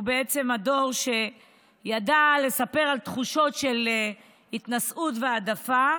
שהוא בעצם הדור שידע לספר על תחושות של התנשאות והעדפה,